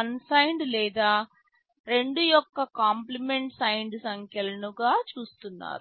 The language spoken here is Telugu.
ఆన్ సైన్డ్ లేదా 2 యొక్క కాంప్లిమెంట్ సైన్డ్ సంఖ్యలు2's complement signed numbersగా చూస్తున్నారు